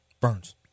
Burns